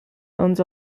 owns